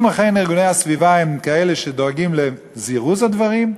אם אכן ארגוני הסביבה הם כאלה שדואגים לזירוז הדברים,